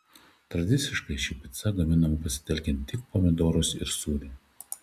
tradiciškai ši pica gaminama pasitelkiant tik pomidorus ir sūrį